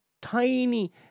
tiny